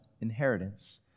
inheritance